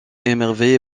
émerveillé